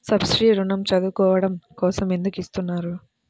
Subsidy ఋణం చదువుకోవడం కోసం ఎందుకు ఇస్తున్నారు?